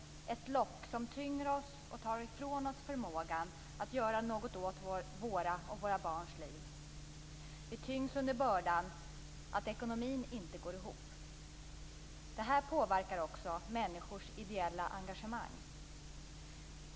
Det tynger oss och tar i från oss förmågan att göra något åt våra och våra barns liv. Vi tyngs under bördan att ekonomin inte går ihop. Det här påverkar också människors ideella engagemang.